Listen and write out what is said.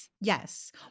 Yes